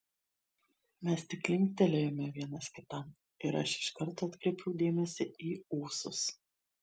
mes tik linktelėjome vienas kitam ir aš iš karto atkreipiau dėmesį į ūsus